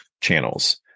channels